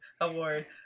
award